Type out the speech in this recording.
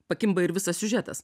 pakimba ir visas siužetas